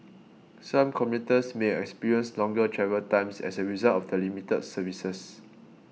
some commuters may experience longer travel times as a result of the limited services